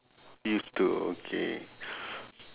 used to okay